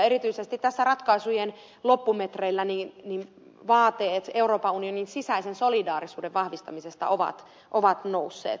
erityisesti tässä ratkaisujen loppumetreillä vaateet euroopan unionin sisäisen solidaarisuuden vahvistamisesta ovat nousseet